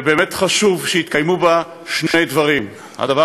באמת חשוב שיתקיימו בה שני דברים: הדבר